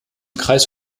kreis